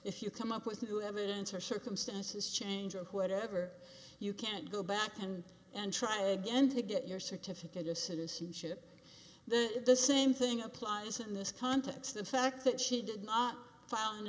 if you come up with new evidence or circumstances change or whatever you can't go back and and try again to get your certificate to citizenship at the same thing applies in this context the fact that she did not f